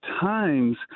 times